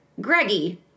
Greggy